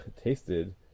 tasted